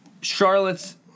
Charlotte's